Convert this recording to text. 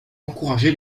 encouragé